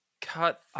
cut